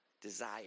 desire